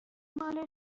مال